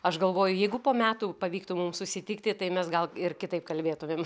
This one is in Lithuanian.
aš galvoju jeigu po metų pavyktų mums susitikti tai mes gal ir kitaip kalbėtumėm